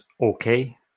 okay